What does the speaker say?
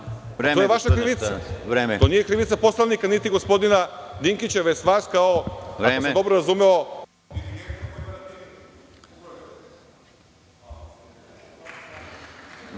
to je vaša krivica, to nije krivica niti poslanika, niti gospodina Dinkića već vas, ako sam dobro razumeo…